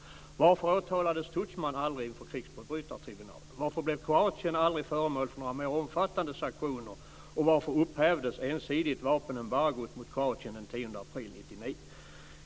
Varför åtalades Tudman aldrig inför krigsförbrytartribunalen? Varför blev Kroatien aldrig föremål för några mer omfattande sanktioner? Och varför upphävdes ensidigt vapenembargot mot Kroatien den 10 april 1999?